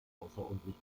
außerordentlich